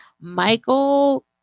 Michael